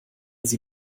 sie